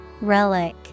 Relic